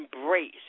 embrace